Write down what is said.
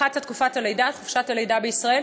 הארכת חופשת הלידה בישראל.